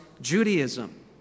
Judaism